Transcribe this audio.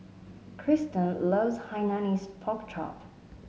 Christen loves Hainanese Pork Chop